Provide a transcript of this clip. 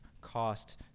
cost